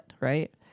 right